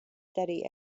steady